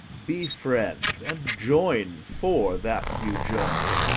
be friends, and join for that you jar.